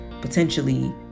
potentially